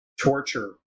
torture